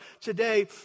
today